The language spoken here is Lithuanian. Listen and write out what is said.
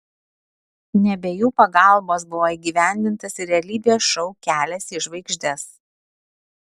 ne be jų pagalbos buvo įgyvendintas ir realybės šou kelias į žvaigždes